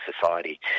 society